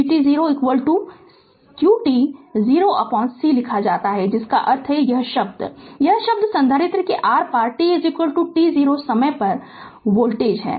इसे vt0 qt0c लिखा जाता है जिसका अर्थ है यह शब्द यह शब्द संधारित्र के आर पार t t0 समय पर वोल्टेज है